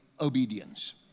Obedience